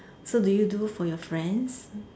so do you do for your friends